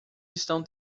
estão